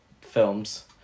films